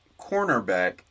cornerback